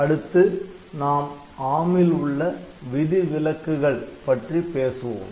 அடுத்து நாம் ARM ல் உள்ள விதிவிலக்குகள் பற்றி பேசுவோம்